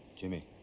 jimmy.